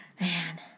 Man